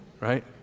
Right